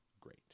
great